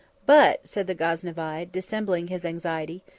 but, said the gaznevide, dissembling his anxiety,